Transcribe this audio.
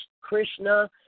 Krishna